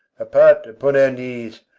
apart upon our knees.